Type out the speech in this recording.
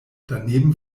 daneben